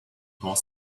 was